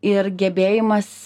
ir gebėjimas